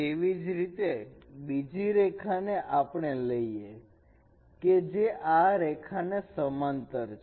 તેવી જ રીતે બીજી રેખાને આપણે લઈએ કે જે આ રેખાને સમાંતર છે